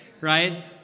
Right